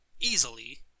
easily